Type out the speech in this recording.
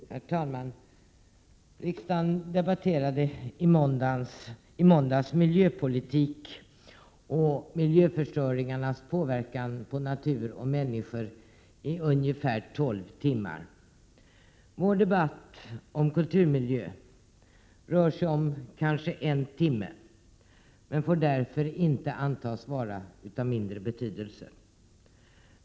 Herr talman! Riksdagen debatterade i måndags miljöpolitik och miljöförstöringarnas inverkan på natur och människor i ungefär tolv timmar. Vår debatt om kulturmiljö rör sig om kanske en timme, men får därför inte antas vara av mindre betydelse.